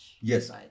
Yes